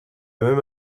même